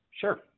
Sure